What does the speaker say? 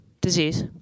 disease